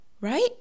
right